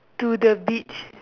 to the beach